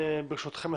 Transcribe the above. ברשותכם,